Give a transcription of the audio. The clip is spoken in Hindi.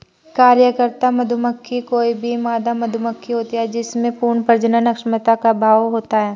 कार्यकर्ता मधुमक्खी कोई भी मादा मधुमक्खी होती है जिसमें पूर्ण प्रजनन क्षमता का अभाव होता है